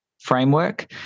framework